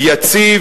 אז שר האוצר.